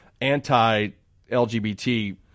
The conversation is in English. anti-LGBT